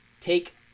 take